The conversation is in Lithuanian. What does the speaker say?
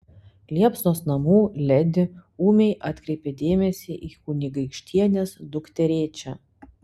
liepsnos namų ledi ūmiai atkreipia dėmesį į kunigaikštienės dukterėčią